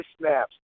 snaps